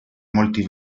molti